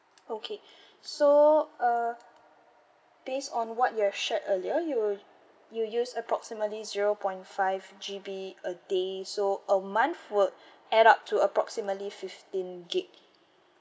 okay so uh base on what your have shared earlier you you use approximately zero point five G_B a day so a month would add up to approximately fifteen gigabytes